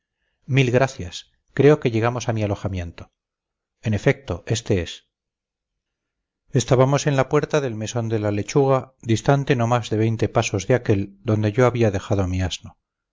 mil gracias creo que llegamos a mi alojamiento en efecto este es estábamos en la puerta del mesón de la lechuga distante no más de veinte pasos de aquel donde yo había dejado mi asno